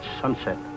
sunset